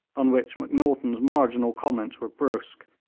on which macnaghten's marginal comments were brusque,